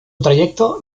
trayecto